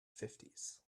fifties